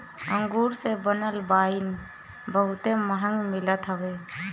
अंगूर से बनल वाइन बहुते महंग मिलत हवे